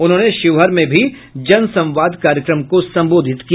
उन्होंने शिवहर में भी जन संवाद कार्यक्रम को संबोधित किया